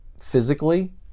physically